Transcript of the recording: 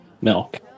milk